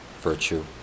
virtue